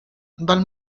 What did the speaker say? dal